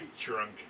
Drunk